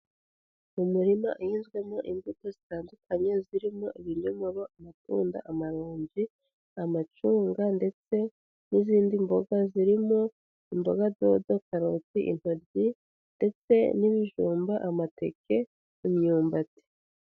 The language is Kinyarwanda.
Mu mirima ihinzwemo imbuto zitandukanye zirimo ibinyomoro, amatunda, amaronji, amacunga ndetse n'izindi mboga zirimo imboga dodo, karoti , intoryi ndetse n'ibijumba amateke, imyumbati.